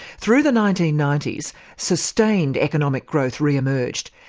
through the nineteen ninety s sustained economic growth re-emerged,